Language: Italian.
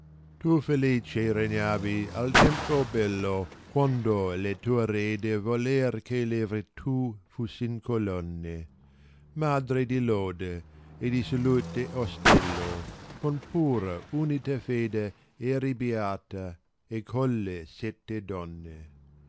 tu felice regnavi al tempo bello quando le tue rede yoller che la virtù fussin colonne madre di loda e di salute ostello con pura unita fede eri beata e colle sette donne